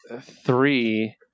three